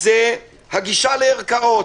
גישה לערכאות.